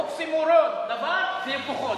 אוקסימורון, דבר והיפוכו.